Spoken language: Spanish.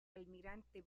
almirante